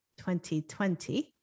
2020